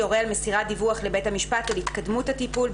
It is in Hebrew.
יורה על מסירת דיווח לבית המשפט על התקדמות הטיפול,